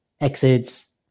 exits